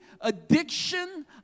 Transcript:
addiction